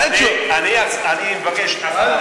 אני מבקש לעלות אחריו.